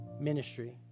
ministry